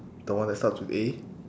the one that starts with A